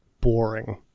boring